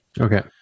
Okay